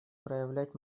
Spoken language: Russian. проявлять